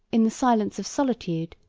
in the silence of solitude,